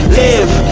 live